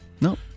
no